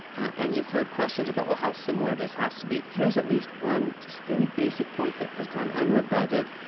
and you've heard questions about, we ll, how similar this has to be? here's at least one just very basic point that has gone unrebutted